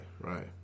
right